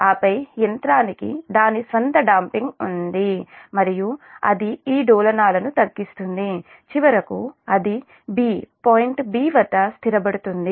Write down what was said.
ఆపై యంత్రానికి దాని స్వంత డాoపింగ్ ఉంది మరియు అది ఈ డోలనాలను తగ్గిస్తుంది చివరకు అది 'b' పాయింట్ 'b' వద్ద స్థిరపడుతుంది